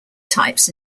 types